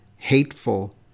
Hateful